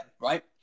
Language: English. right